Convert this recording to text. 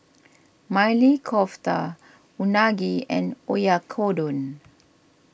Maili Kofta Unagi and Oyakodon